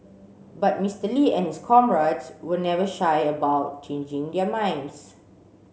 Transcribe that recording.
but Mister Lee and his comrades were never shy about changing their minds